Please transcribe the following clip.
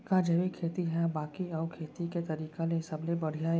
का जैविक खेती हा बाकी अऊ खेती के तरीका ले सबले बढ़िया हे?